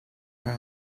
har